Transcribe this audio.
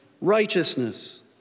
Righteousness